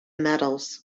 metals